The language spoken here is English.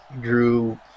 drew